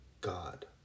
God